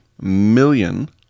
million